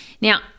Now